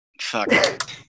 Fuck